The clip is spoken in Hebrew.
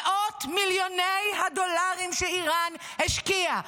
מאות מיליוני הדולרים שאיראן השקיעה